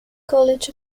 college